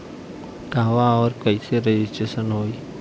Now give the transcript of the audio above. कहवा और कईसे रजिटेशन होई?